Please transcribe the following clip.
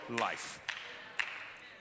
life